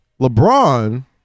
LeBron